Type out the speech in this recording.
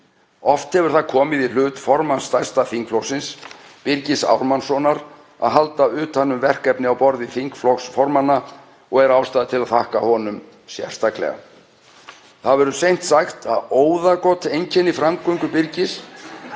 Oft hefur það komið í hlut formanns stærsta þingflokksins, Birgis Ármannssonar, að halda utan um verkefni á borði þingflokksformanna og er ástæða til að þakka honum sérstaklega. Það verður seint sagt að óðagot einkenni framgöngu Birgis